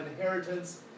inheritance